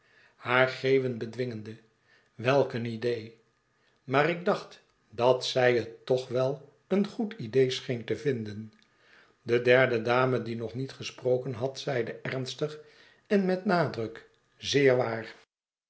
haar geeuwen bedwingende welk een idee maar ik dacht dat zij het toch wel een goed idee scheen te vinden de derde dame die nog niet gesproken had zeide ernstig en met nadruk zeer waar